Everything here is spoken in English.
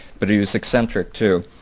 but he was eccentric too.